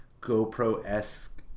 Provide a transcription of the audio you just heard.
GoPro-esque